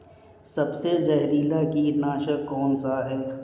सबसे जहरीला कीटनाशक कौन सा है?